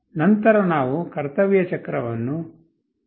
ನಂತರ ನಾವು ಕರ್ತವ್ಯ ಚಕ್ರವನ್ನು 0